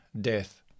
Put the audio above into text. death